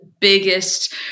biggest